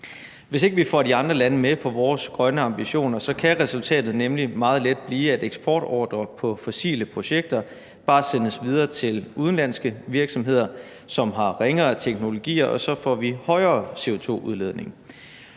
Hvis ikke vi får de andre lande med på vores grønne ambitioner, kan resultatet nemlig meget let blive, at eksportordrer på fossile projekter bare sendes videre til udenlandske virksomheder, som har ringere teknologier, og så får vi mere CO2-udledning.